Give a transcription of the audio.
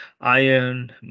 iron